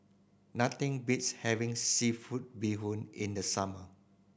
nothing beats having seafood bee hoon in the summer